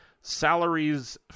salaries